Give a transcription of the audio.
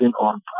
on